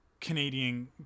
Canadian